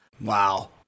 Wow